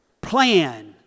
plan